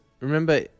remember